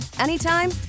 anytime